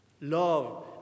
love